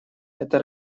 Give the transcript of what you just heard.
это